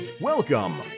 Welcome